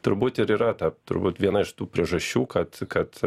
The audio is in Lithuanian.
turbūt ir yra ta turbūt viena iš tų priežasčių kad kad